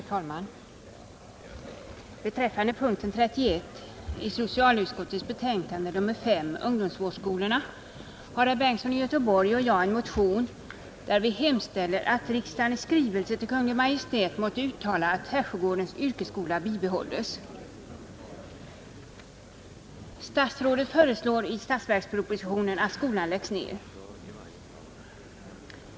Herr talman! Beträffande punkten 31 i socialutskottets betänkande nr 5, Ungdomsvårdsskolorna, har herr Bengtsson i Göteborg och jag väckt en motion, där vi hemställer att riksdagen i skrivelse till Kungl. Maj:t måtte uttala att Härsjögårdens yrkesskola bibehålls. Statsrådet föreslår i statsverkspropositionen att skolan läggs ned.